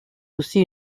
aussi